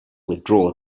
withdraw